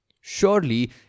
Surely